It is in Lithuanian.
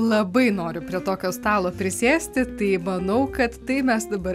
labai noriu prie tokio stalo prisėsti tai manau kad tai mes dabar